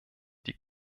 die